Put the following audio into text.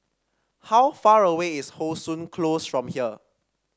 how far away is How Sun Close from here